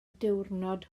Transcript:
diwrnod